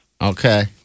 Okay